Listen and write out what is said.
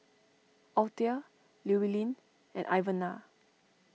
Althea Llewellyn and Ivana